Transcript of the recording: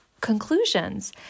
conclusions